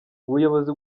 ubuyobozi